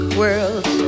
world